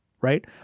right